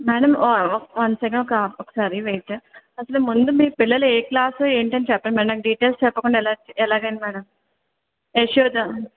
madam one one second ఒక ఒకసారి wait చేస్తారా అసలు ముందు మీ పిల్లలు ఏ క్లాస్ ఏంటి అని చెప్పండి మ్యాడం నాకు డీటెయిల్స్ చెప్పకుండా ఎలా ఎలాగని మ్యాడం యశోద